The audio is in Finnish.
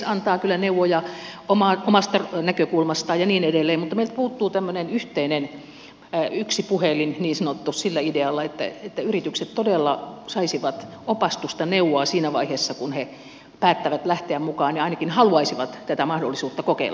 tekes antaa kyllä neuvoja omasta näkökulmastaan ja niin edelleen mutta meiltä puuttuu tämmöinen yhteinen yksi puhelin niin sanottu sillä idealla että yritykset todella saisivat opastusta neuvoa siinä vaiheessa kun he päättävät lähteä mukaan ja ainakin haluaisivat tätä mahdollisuutta kokeilla